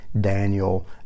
Daniel